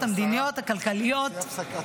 המדיניות הכלכלית --- תעשי הפסקה.